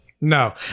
No